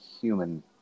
human